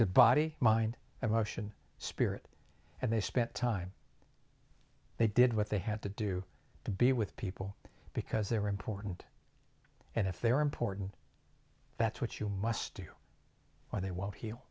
the body mind and russian spirit and they spent time they did what they had to do to be with people because they were important and if they are important that's what you must do or they won't heal